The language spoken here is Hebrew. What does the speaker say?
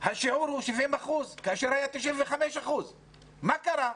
השיעור הוא 70%, לעומת 95% בעבר.